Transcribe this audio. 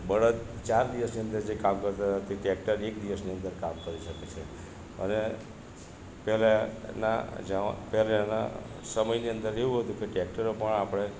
બળદ ચાર દિવસની અંદર જે કામ કરતાં તા તે ટેક્ટર એક દિવસની અંદર કામ કરી શકે છે અને પહેલાના સમયની અંદર એવું હતું કે ટેક્ટરો પણ આપણે